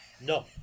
No